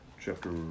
Chapter